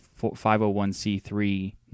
501c3